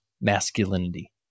masculinity